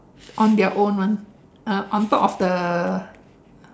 on their own [one] uh on top of the